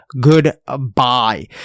Goodbye